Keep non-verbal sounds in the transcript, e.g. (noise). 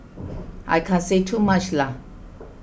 I can't say too much (hesitation)